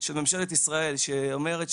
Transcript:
של ממשלת ישראל שאומרת,